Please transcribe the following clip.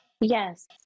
Yes